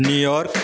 New York